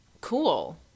Cool